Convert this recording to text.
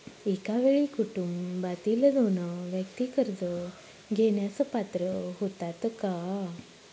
एका वेळी कुटुंबातील दोन व्यक्ती कर्ज घेण्यास पात्र होतात का?